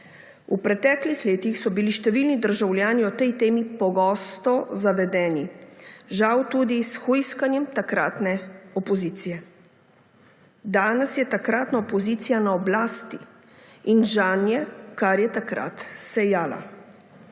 V preteklih letih so bili številni državljani o tej temi pogosto zavedeni, žal tudi s hujskanjem takratne opozicije. Danes je takratna opozicija na oblasti in žanje, kar je takrat sejala.